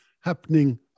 happening